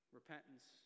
Repentance